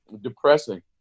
depressing